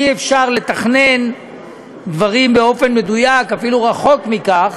אי-אפשר לתכנן דברים באופן מדויק, אפילו רחוק מכך.